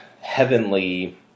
heavenly